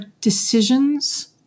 decisions